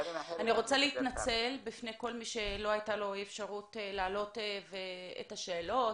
אני רוצה להתנצל בפני שלא הייתה לו אפשרות להעלות את השאלות,